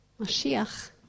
Mashiach